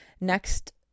next